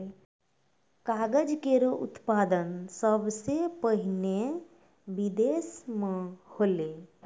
कागज केरो उत्पादन सबसें पहिने बिदेस म होलै